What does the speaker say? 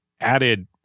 added